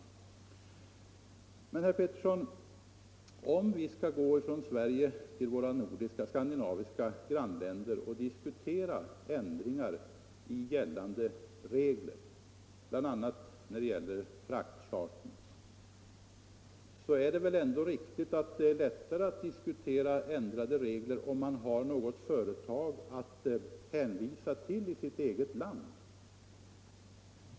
charterflyg Men, herr Petersson, om vi skall komma från Sverige till våra skandinaviska grannländer och diskutera ändringar i gällande regler, bl.a. när det gäller fraktcharter, så är det väl ändå lättare att diskutera om man har något företag att hänvisa till i sitt eget land.